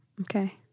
Okay